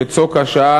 שצוק השעה,